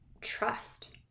trust